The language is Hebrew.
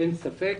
אין ספק.